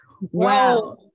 wow